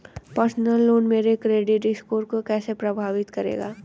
Personal loan मेरे credit score को कैसे प्रभावित करेगा?